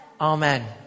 Amen